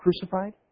crucified